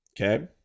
okay